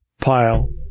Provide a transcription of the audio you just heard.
pile